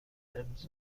امروز